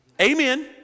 amen